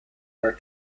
her